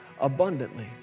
abundantly